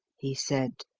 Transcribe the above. he said,